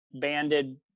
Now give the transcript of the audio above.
banded